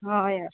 हय हय